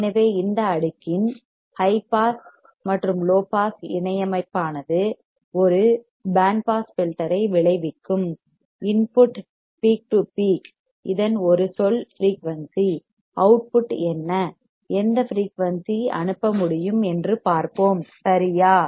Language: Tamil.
எனவே இந்த அடுக்கின் ஹை பாஸ் மற்றும் லோ பாஸ் இணையமைப்பானது ஒரு பேண்ட் பாஸ் ஃபில்டர் ஐ விளைவிக்கும் இன்புட் பீக் டு பீக் இதன் ஒரு சொல் ஃபிரீயூன்சி அவுட்புட் என்ன எந்த ஃபிரீயூன்சி அனுப்ப முடியும் என்று பார்ப்போம் சரியா